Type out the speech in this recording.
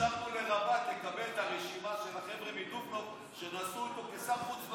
התקשרנו לרבאט לקבל את הרשימה של החבר'ה מדובנוב שנסעו איתו כשר חוץ,